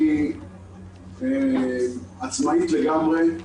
היא עצמאית לגמרי.